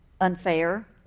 unfair